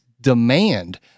demand